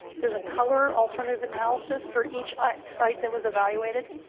there's a color alternative analysis for each um site that was evaluated.